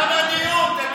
תם הדיון.